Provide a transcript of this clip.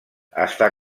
està